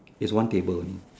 is one table only